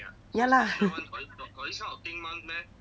ya lah